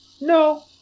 no